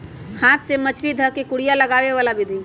हाथ से मछरी ध कऽ कुरिया लगाबे बला विधि